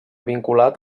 vinculat